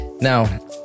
Now